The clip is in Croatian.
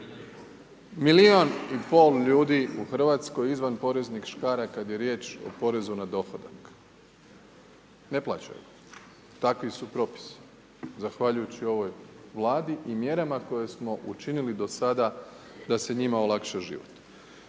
Milion i pol ljudi u RH izvan poreznih škara, kad je riječ i porezu na dohodak. Ne plaćaju. Takvi su propisi. Zahvaljujući ovoj Vladi i mjerama koje smo učinili do sada da se njima olakša život.